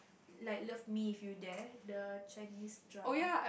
like love me if you dead the Chinese drama